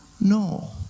No